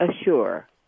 Assure